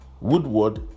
woodward